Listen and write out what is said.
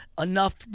enough